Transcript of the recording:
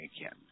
again